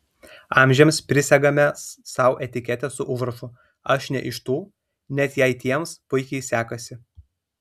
amžiams prisegame sau etiketę su užrašu aš ne iš tų net jei tiems puikiai sekasi